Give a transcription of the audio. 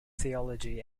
theology